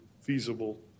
feasible